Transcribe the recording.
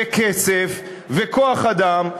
בכסף ובכוח-אדם,